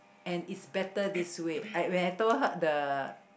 and it's better this way I when I told the